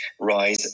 rise